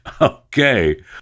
Okay